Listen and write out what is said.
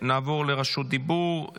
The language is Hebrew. נעבור לבקשות לרשות דיבור,